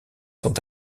sont